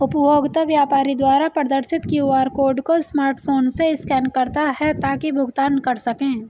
उपभोक्ता व्यापारी द्वारा प्रदर्शित क्यू.आर कोड को स्मार्टफोन से स्कैन करता है ताकि भुगतान कर सकें